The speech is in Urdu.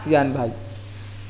سفیان بھائی